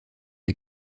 est